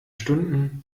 stunden